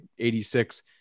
86